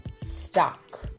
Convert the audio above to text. stuck